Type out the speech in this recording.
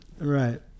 Right